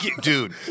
Dude